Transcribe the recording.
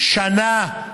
שנה.